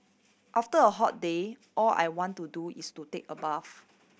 after a hot day all I want to do is to take a bath